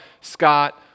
Scott